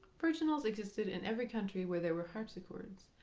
virginals existed in every country where there were harpsichords,